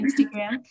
Instagram